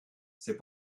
c’est